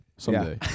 someday